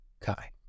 Kai